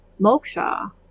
moksha